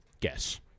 Guess